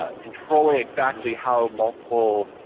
ah controlling exactly how multiple,